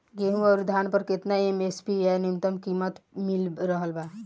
गेहूं अउर धान पर केतना एम.एफ.सी या न्यूनतम कीमत मिल रहल बा?